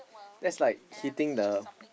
that's like hitting the